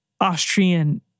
Austrian